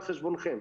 על חשבונכם.